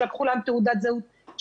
שלקחו להם תעודת זהות,